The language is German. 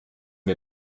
wir